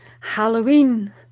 Halloween